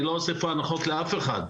אני לא עושה פה הנחות לאף אחד,